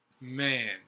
Man